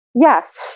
Yes